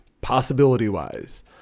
possibility-wise